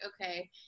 okay